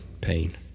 pain